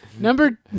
Number